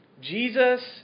Jesus